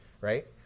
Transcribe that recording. right